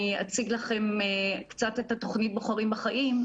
אני אציג לכם קצת את התוכנית "בוחרים בחיים".